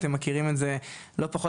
אתם מכירים את זה לא פחות,